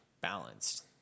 balanced